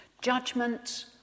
Judgment